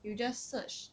you just search